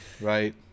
right